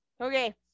okay